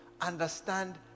understand